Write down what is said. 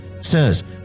says